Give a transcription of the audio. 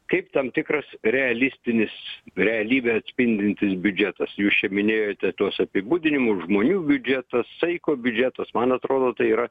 kaip tam tikras realistinis realybę atspindintis biudžetas jūs čia minėjote tuos apibūdinimus žmonių biudžetas saiko biudžetas man atrodo tai yra